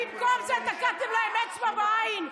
במקום זה תקעתם להם אצבע בעין.